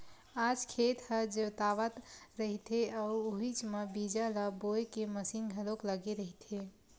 आज खेत ह जोतावत रहिथे अउ उहीच म बीजा ल बोए के मसीन घलोक लगे रहिथे